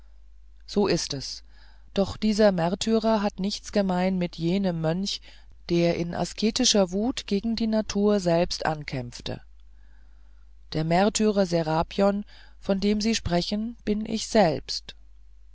so ist es doch dieser märtyrer hat nichts gemein mit jenem mönch der in asketischer wut gegen die natur selbst ankämpfte der märtyrer serapion von dem sie sprechen bin ich selbst